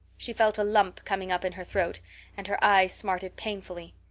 she felt a lump coming up in her throat and her eyes smarted painfully.